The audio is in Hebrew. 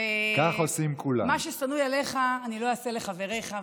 ומה ששנוא עליך לא אעשה לחברך,